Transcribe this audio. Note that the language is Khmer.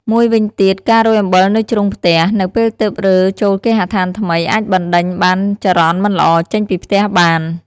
មួយវិញទៀត ការរោយអំបិលនៅជ្រុងផ្ទះ នៅពេលទើបរើចូលគេហដ្ឋានថ្មី អាចបណ្ដេញបានចរន្តមិនល្អចេញពីផ្ទះបាន។